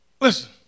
Listen